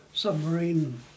Submarine